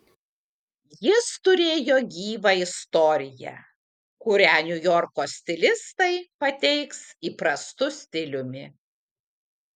jis turėjo gyvą istoriją kurią niujorko stilistai pateiks įprastu stiliumi